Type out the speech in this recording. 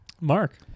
Mark